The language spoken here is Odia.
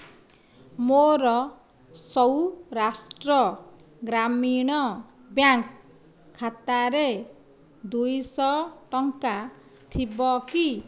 ମୋର ସୌରାଷ୍ଟ୍ର ଗ୍ରାମୀଣ ବ୍ୟାଙ୍କ ଖାତାରେ ଦୁଇ ଶହ ଟଙ୍କା ଥିବ କି